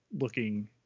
looking